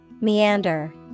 Meander